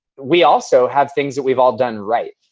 we also had things that we've all done right.